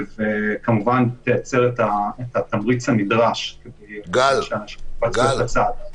וכמובן תייצר את התמריץ הנדרש כדי לוודא שאנשים יבצעו את הצעד.